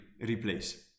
replace